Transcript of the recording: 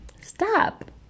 Stop